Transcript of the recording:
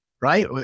Right